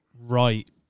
right